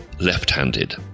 left-handed